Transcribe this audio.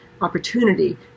opportunity